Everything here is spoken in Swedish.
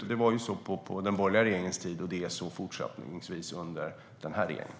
Så var det på den borgerliga regeringens tid, och så är det fortsättningsvis under den här regeringen.